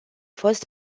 fost